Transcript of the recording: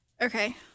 Okay